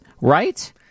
Right